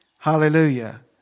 Hallelujah